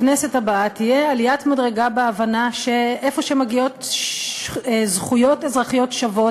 בכנסת הבאה תהיה עליית מדרגה בהבנה שאיפה שמגיעות זכויות אזרחיות שוות,